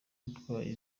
utwaye